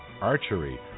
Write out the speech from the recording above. archery